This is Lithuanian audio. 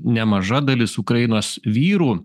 nemaža dalis ukrainos vyrų